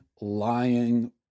lying